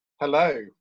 Hello